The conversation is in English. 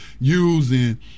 using